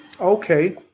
Okay